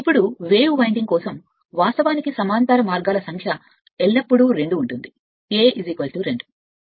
ఇప్పుడు wave winding కోసం వాస్తవానికి సమాంతర మార్గం యొక్క సంఖ్య ఎల్లప్పుడూ 2 A 2